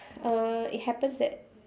uh it happens that